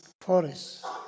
forests